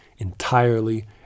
entirely